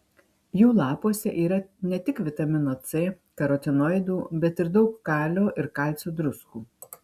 jų lapuose yra ne tik vitamino c karotinoidų bet ir daug kalio ir kalcio druskų